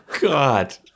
God